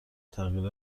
تغییر